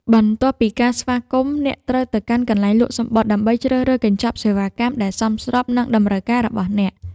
បន្ទាប់ពីការស្វាគមន៍ អ្នកត្រូវទៅកាន់កន្លែងលក់សំបុត្រ ដើម្បីជ្រើសរើសកញ្ចប់សេវាកម្មដែលសមស្របនឹងតម្រូវការរបស់អ្នក។